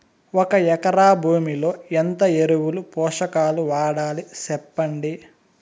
ఒక ఎకరా భూమిలో ఎంత ఎరువులు, పోషకాలు వాడాలి సెప్పండి?